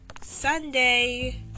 Sunday